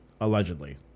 allegedly